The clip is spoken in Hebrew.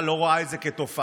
חבר הכנסת סימון דוידסון,